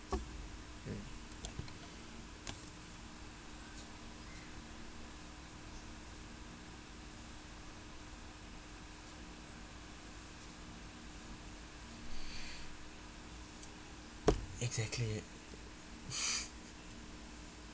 exactly